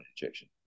injection